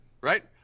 Right